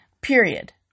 period